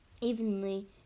evenly